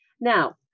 Now